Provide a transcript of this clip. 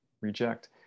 reject